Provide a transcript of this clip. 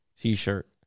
t-shirt